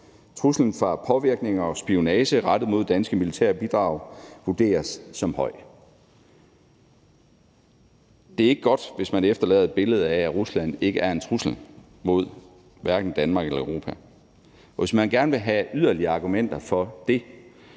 Truslen fra påvirkning og spionage rettet mod danske militære bidrag vurderes som høj. Det er ikke godt, hvis man efterlader et billede af, at Rusland ikke er en trussel mod hverken Danmark eller Europa, og hvis man gerne vil have yderligere argumenter for det,